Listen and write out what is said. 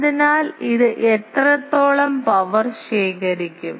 അതിനാൽ ഇത് എത്രത്തോളം പവർ ശേഖരിക്കും